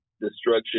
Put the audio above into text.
destruction